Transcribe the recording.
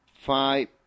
five